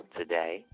today